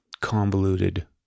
convoluted